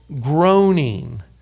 groaning